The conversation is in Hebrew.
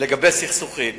לגבי סכסוכים.